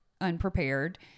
unprepared